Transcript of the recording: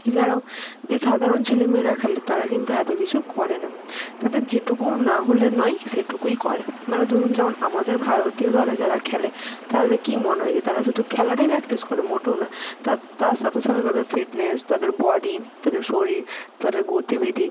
এছাড়াও যে সাধারণ ছেলে মেয়েরা খেলে তারা কিন্তু এত কিছু করে না তাদের যেটুকু না হলে নয় সেটুকুই করে মানে ধরুন যেমন আমাদের ভারতীয় দলে যারা খেলে তাদের কী মনে হয় যে তারা শুধু খেলাটাই প্র্যাকটিস করে মোটেও না তার সাথে সাথে তাদের ফিটনেস তাদের বডি তাদের শরীর তাদের গতিবিধি